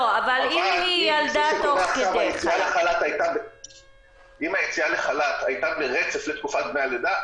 אבל אם היציאה לחל"ת הייתה ברצף לתקופת דמי הלידה,